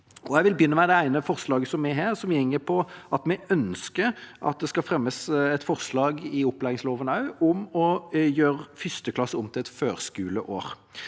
Jeg vil begynne med det ene forslaget vi har, som går på at vi ønsker at det skal fremmes et forslag i opplæringsloven om å gjøre 1. klasse om til et førskoleår.